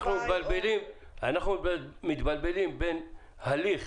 אנחנו מתבלבלים בין הליך